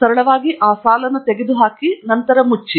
ಸರಳವಾಗಿ ಆ ಸಾಲನ್ನು ತೆಗೆದುಹಾಕಿ ನಂತರ ಮುಚ್ಚಿ